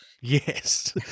yes